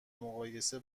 مقایسه